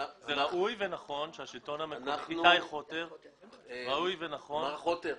ראוי ונכון שהשלטון המקומי --- מר חוטר,